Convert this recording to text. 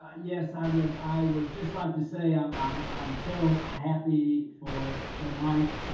ah yes, i would i would just like to say um um i'm so happy for for mike.